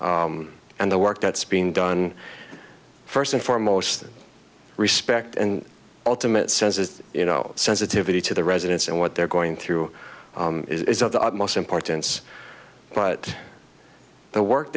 know and the work that's being done first and foremost respect and ultimate sense is you know sensitivity to the residents and what they're going through is of the utmost importance but the work